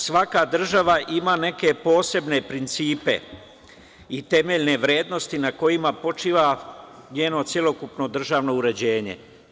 Svaka država ima neke posebne principe i temeljne vrednosti na kojima počiva njeno celokupno državno uređenje.